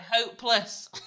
hopeless